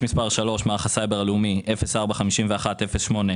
תכנית 045108